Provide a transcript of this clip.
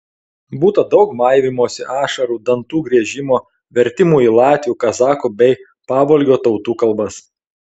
būta daug maivymosi ašarų dantų griežimo vertimų į latvių kazachų bei pavolgio tautų kalbas